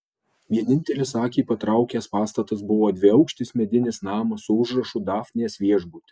vienintelis akį patraukęs pastatas buvo dviaukštis medinis namas su užrašu dafnės viešbutis